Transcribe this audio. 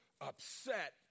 upset